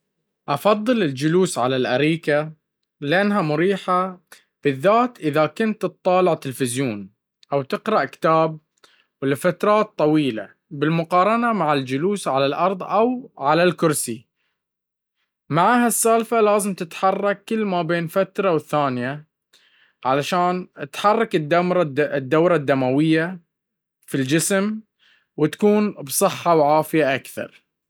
أفضل الجلوس على الأريكة لأنها مريحة بالذات اذا كنت تطالع تلفزيون أو تقراء كتاب ولفترات طويلة بالمقارنة معى الجلوس على الأرض أو على الكرسي معى هالسالفة لازم تتحرك كل مابين فترة والثانية علشان تحرك الدورة الدموية وتكون بصحة وعافية أكثر.